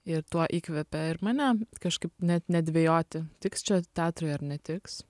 ir tuo įkvepia ir mane kažkaip net nedvejoti tiks čia teatrui ar netiks